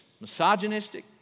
misogynistic